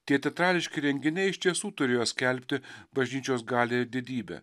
tie teatrališki renginiai iš tiesų turėjo skelbti bažnyčios galią ir didybę